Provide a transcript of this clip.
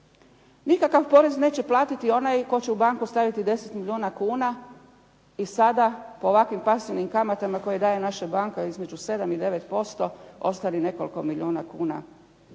Nikakav porez neće platiti onaj tko će u banku staviti 10 milijuna kuna i sada po ovakvim pasivnim kamatama koje daje naša banka između 7 i 9% ostvari nekoliko milijuna kuna